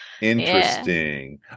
Interesting